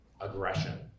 aggression